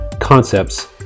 concepts